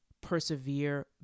persevere